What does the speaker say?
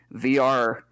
VR